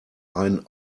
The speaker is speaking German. ein